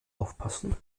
aufpassen